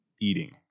eating